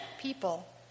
people